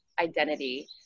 identity